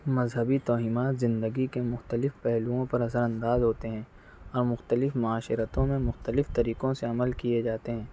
مذہبی توہمات زندگی کے مختلف پہلوؤں پر اثر انداز ہوتے ہیں اور مختلف معاشرتوں میں مختلف طریقوں سے عمل کئے جاتے ہیں